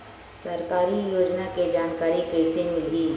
सरकारी योजना के जानकारी कइसे मिलही?